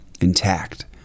intact